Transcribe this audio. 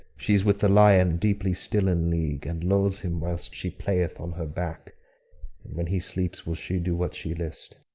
she's with the lion deeply still in league, and lulls him whilst she playeth on her back, and when he sleeps will she do what she list.